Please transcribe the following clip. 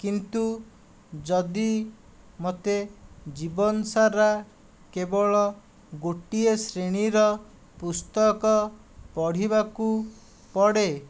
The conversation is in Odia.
କିନ୍ତୁ ଯଦି ମୋତେ ଜୀବନ ସାରା କେବଳ ଗୋଟିଏ ଶ୍ରେଣୀର ପୁସ୍ତକ ପଢ଼ିବାକୁ ପଡ଼େ